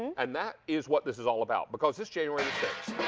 and that is what this is all about because this january sixth.